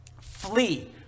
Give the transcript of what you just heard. Flee